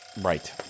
right